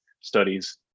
studies